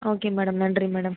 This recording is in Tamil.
ஓகே மேடம் நன்றி மேடம்